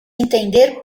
entender